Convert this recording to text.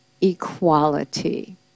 equality